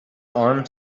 arm